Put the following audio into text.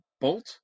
bolt